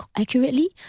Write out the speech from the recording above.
accurately